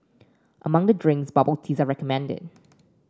among the drinks bubble teas are recommended